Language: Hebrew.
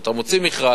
אתה מוציא מכרז,